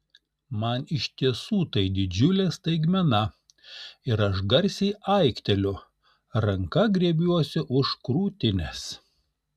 man iš tiesų tai didžiulė staigmena ir aš garsiai aikteliu ranka griebiuosi už krūtinės